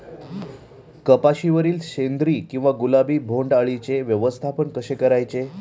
कपाशिवरील शेंदरी किंवा गुलाबी बोंडअळीचे व्यवस्थापन कसे करायचे?